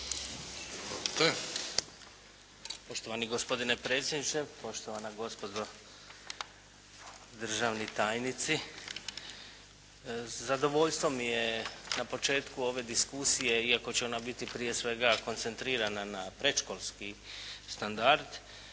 Poštovani gospodine predsjedniče, poštovana gospodo državni tajnici. Zadovoljstvo mi je na početku ove diskusije, iako će ona biti prije svega koncentrirana na predškolski standard,